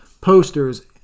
posters